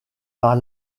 par